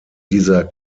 dieser